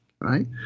right